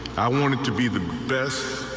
i want to be the best.